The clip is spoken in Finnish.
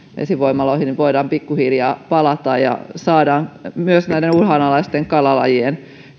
vesivoimaloihin voidaan pikkuhiljaa palata ja myös saadaan näiden uhanalaisten kalalajien